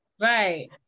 Right